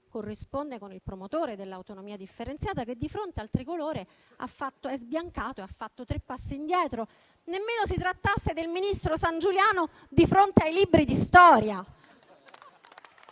corrisponde con il promotore dell'autonomia differenziata, che di fronte al tricolore è sbiancato e ha fatto tre passi indietro; nemmeno si trattasse del ministro Sangiuliano di fronte ai libri di storia!